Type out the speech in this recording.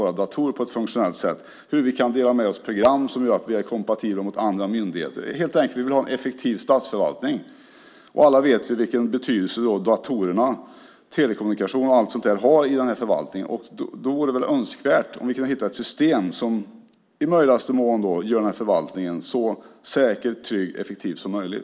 Vi vill att de ska användas på ett funktionellt sätt och att vi kan dela med oss av program som gör att vi är kompatibla mot andra myndigheter. Vi vill helt enkelt ha en effektiv statsförvaltning. Alla vet vi vilken betydelse datorerna, telekommunikationen och allt sådant har i den här förvaltningen. Då vore det väl önskvärt om vi kunde hitta ett system som i möjligaste mån gör den här förvaltningen så säker, trygg och effektiv som möjligt.